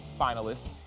finalists